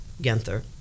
Genther